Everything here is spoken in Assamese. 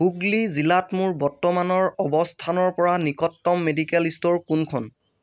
হুগলি জিলাত মোৰ বৰ্তমানৰ অৱস্থানৰ পৰা নিকটতম মেডিকেল ষ্ট'ৰ কোনখন